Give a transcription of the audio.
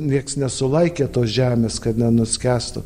nieks nesulaikė tos žemės kad nenuskęstų